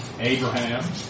Abraham